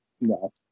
No